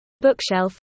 bookshelf